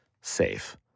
safe